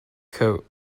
coat